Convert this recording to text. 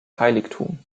heiligtum